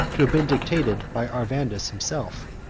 to have been dictated by arvandus himself.